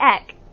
Eck